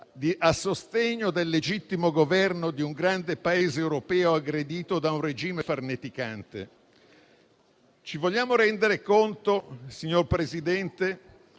a sostegno del legittimo Governo di un grande Paese europeo aggredito da un regime farneticante. Ci vogliamo rendere conto, signor Presidente,